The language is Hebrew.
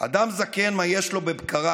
שבגילו